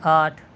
آٹھ